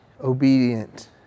obedient